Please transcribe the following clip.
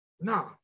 No